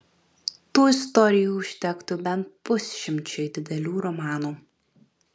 tų istorijų užtektų bent pusšimčiui didelių romanų